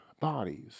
bodies